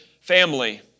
family